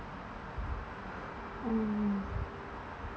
mm